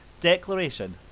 Declaration